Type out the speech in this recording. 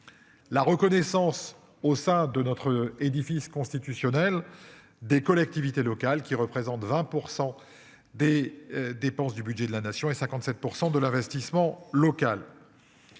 La reconnaissance au sein de notre édifice constitutionnel des collectivités locales qui représentent 20%. Des dépenses du budget de la nation et 57% de l'investissement local.